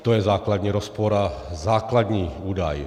To je základní rozpor a základní údaj.